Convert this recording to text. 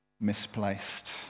misplaced